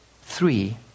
three